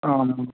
आमाम्